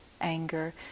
anger